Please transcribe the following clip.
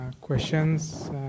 questions